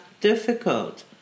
difficult